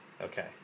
okay